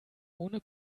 ohne